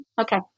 Okay